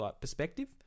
perspective